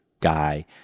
guy